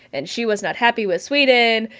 and she was not happy with sweden,